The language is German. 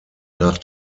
nach